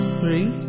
three